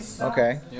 Okay